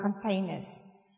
containers